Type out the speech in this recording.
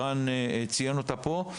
שציין אותה פה,